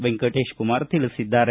ವೆಂಕಟೇಶಕುಮಾರ ತಿಳಿಸಿದ್ದಾರೆ